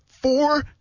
Four